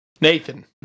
Nathan